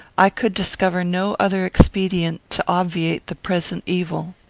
i could discover no other expedient to obviate the present evil.